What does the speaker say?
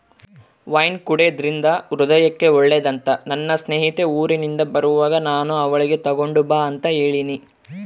wine ಕುಡೆದ್ರಿಂದ ಹೃದಯಕ್ಕೆ ಒಳ್ಳೆದಂತ ನನ್ನ ಸ್ನೇಹಿತೆ ಊರಿಂದ ಬರುವಾಗ ನಾನು ಅವಳಿಗೆ ತಗೊಂಡು ಬಾ ಅಂತ ಹೇಳಿನಿ